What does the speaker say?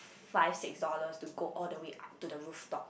five six dollars to go all the way up to the rooftop